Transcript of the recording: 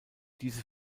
diese